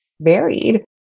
varied